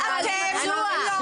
אתם לא אוכפים.